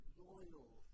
loyal